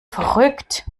verrückt